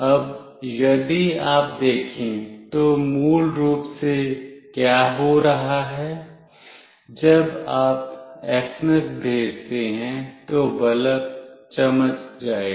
अब यदि आप देखें तो मूल रूप से क्या हो रहा है जब आप एसएमएस भेजते हैं तो बल्ब चमक जाएगा